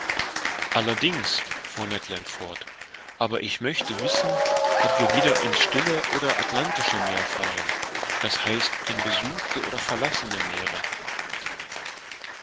allerdings fuhr ned land fort aber ich möchte wissen ob wir wieder in's stille oder atlantische meer fahren d h in besuchte oder verlassene meere